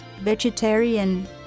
vegetarian